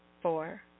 Four